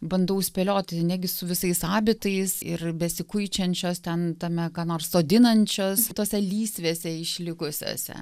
bandau spėlioti negi su visais abitais ir besikuičiančios ten tame ką nors sodinančios tose lysvėse išlikusiose